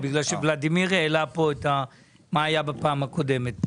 כי ולדימיר העלה פה את מה שהיה בפעם הקודמת.